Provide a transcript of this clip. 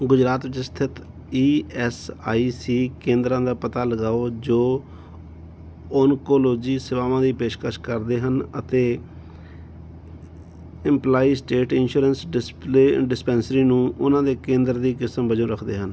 ਗੁਜਰਾਤ ਵਿੱਚ ਸਥਿਤ E S I C ਕੇਂਦਰਾ ਦਾ ਪਤਾ ਲਗਾਓ ਜੋ ਓਨਕੋਲੋਜੀ ਸੇਵਾਵਾਂ ਦੀ ਪੇਸ਼ਕਸ਼ ਕਰਦੇ ਹਨ ਅਤੇ employee state insurance display dispensary ਨੂੰ ਉਹਨਾਂ ਦੇ ਕੇਂਦਰ ਦੀ ਕਿਸਮ ਵਜੋਂ ਰੱਖਦੇ ਹਨ